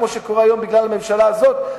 כמו שקורה היום בגלל הממשלה הזאת,